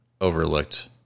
overlooked